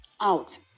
out